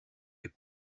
est